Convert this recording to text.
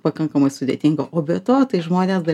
pakankamai sudėtinga o be to tai žmonės dar